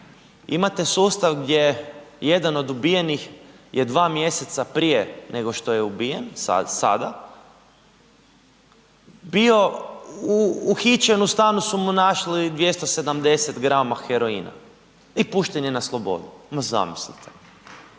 Imate sustav gdje jedan od ubijenih je 2 mjeseca prije nego što je ubijen, sada, bio uhićen, u stanu su mu našli 270 grama heroina i pušten je na slobodu. Ma zamislite,